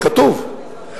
כתוב,